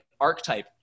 archetype